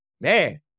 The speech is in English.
man